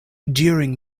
during